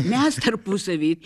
mes tarpusavy